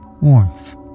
warmth